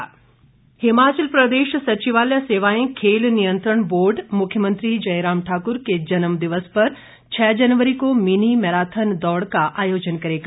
marathon Himachal Pradesh सचिवालय सेवाएं खेल नियंत्रण बोर्ड मुख्यमंत्री जयराम ठाकुर के जन्म दिवस पर छः जनवरी को मिनी मेराथन दौड़ का आयोजन करेगा